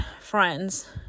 friends